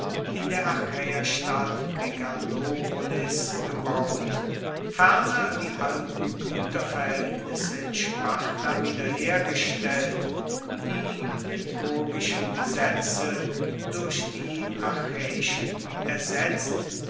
in der achaeerstadt megalopolis gebaut ferner die alten gueterverhaeltnisse in sparta wiederhergestellt die lykurgischen gesetze durch die achaeischen ersetzt